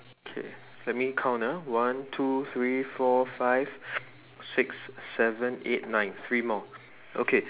okay let me count ah one two three four five six seven eight nine three more okay